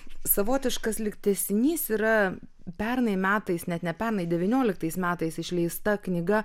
savotiškas lyg tęsinys yra pernai metais net ne pernai devynioliktais metais išleista knyga